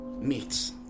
meets